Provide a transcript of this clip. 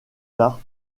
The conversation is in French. tard